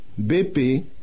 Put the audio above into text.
BP